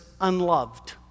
unloved